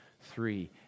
three